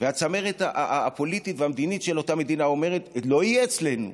והצמרת הפוליטית והמדינית של אותה מדינה אומרת: לא יהיה אצלנו,